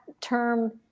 term